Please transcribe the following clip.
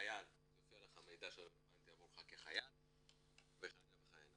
חייל יופיע מידע שרלבנטי עבורך כחייל וכהנה וכהנה.